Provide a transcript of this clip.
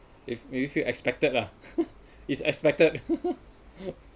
if do you feel expected lah it's expected